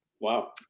Wow